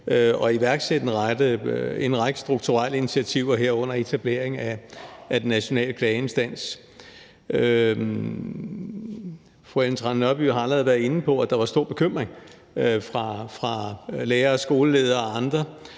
at iværksætte en række strukturelle initiativer, herunder etablering af Den Nationale Klageinstans mod Mobning. Fru Ellen Trane Nørby har allerede været inde på, at der var stor bekymring blandt lærere og skoleledere og andre.